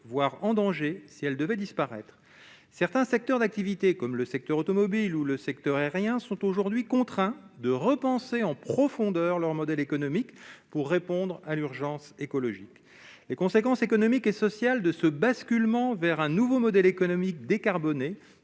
voire en danger si elle devait disparaître certains secteurs d'activités comme le secteur automobile ou le secteur aérien sont aujourd'hui contraints de repenser en profondeur leur modèle économique pour répondre à l'urgence écologique, les conséquences économiques et sociales de ce basculement vers un nouveau modèle économique décarbonés